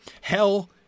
hell